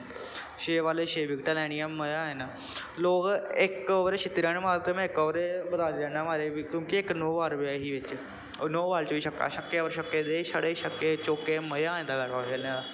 छे बालें च छे विकट लैनियां मज़ा आ जाना लोग इक ओवर च छित्ती रन मारदे में इक ओवर च बताली रन ऐं मारे दे क्योंकि इक नो बॉल बी आई ही बिच्च होर नो बाल च बी छक्का छड़े छक्के पर ते छड़े छक्के चौके छक्के मज़ा आ जंदा बाल खेलने दा